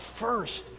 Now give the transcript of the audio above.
first